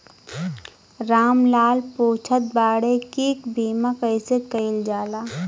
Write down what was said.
राम लाल पुछत बाड़े की बीमा कैसे कईल जाला?